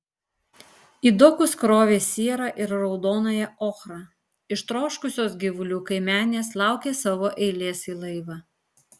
į dokus krovė sierą ir raudonąją ochrą ištroškusios gyvulių kaimenės laukė savo eilės į laivą